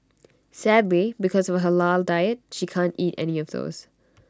sadly because of her Halal diet she can't eat any of those